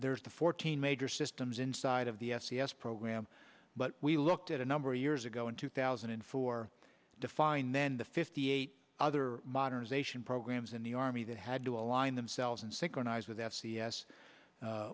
there's the fourteen major systems inside of the s t s program but we looked at a number of years ago in two thousand and four defined then the fifty eight other modernization programs in the army that had to align themselves and synchronize with f c s